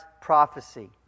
prophecy